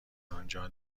انجا